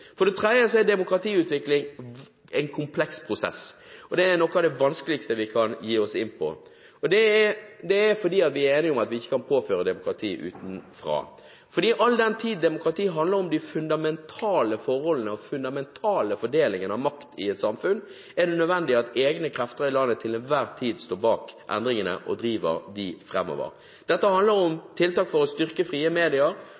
For det tredje er demokratiutvikling en kompleks prosess, og det er noe av det vanskeligste vi kan begi oss inn på. Det er fordi vi er enige om at vi ikke kan påføre demokrati utenfra. All den tid demokrati handler om de fundamentale forholdene og den fundamentale fordelingen av makt i et samfunn, er det nødvendig at egne krefter i landet til enhver tid står bak endringene og driver dem framover. Dette handler om tiltak for å styrke frie medier,